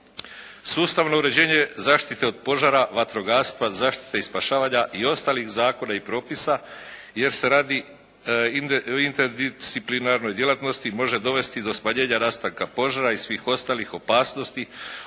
Sustavno uređenje zaštite od požara, vatrogastva, zaštite i spašavanja i ostalih zakona i propisa jer se radi o interdisciplinarnoj djelatnosti, može dovesti do smanjenja nastanka požara i svih ostalih opasnosti,